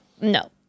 no